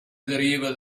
deriva